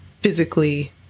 physically